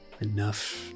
enough